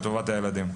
לטובת הילדים.